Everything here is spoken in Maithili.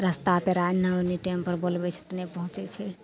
रस्ता पेरा एन्नअऽ ओन्नी टाइमपर बोलबय छै तऽ नहि पहुँचय छै